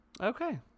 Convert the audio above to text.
Okay